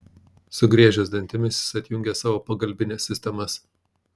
sugriežęs dantimis jis atjungė savo pagalbines sistemas